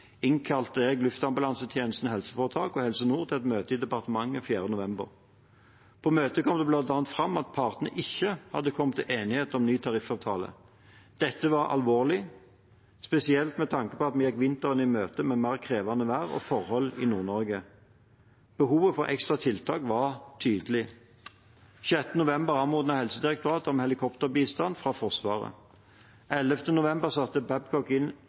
innkalte jeg Luftambulansetjenesten HF og Helse Nord til et møte i departementet 4. november. På møtet kom det bl.a. fram at partene ikke hadde kommet til enighet om ny tariffavtale. Dette var alvorlig, spesielt med tanke på at vi gikk vinteren i møte med mer krevende vær og forhold i Nord-Norge. Behovet for ekstra tiltak var tydelig. Den 6. november anmodet Helsedirektoratet om helikopterbistand fra Forsvaret. Den 11. november satte Babcock inn